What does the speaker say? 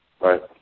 Right